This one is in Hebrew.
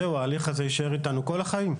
זהו, ההליך יישאר איתנו כל החיים?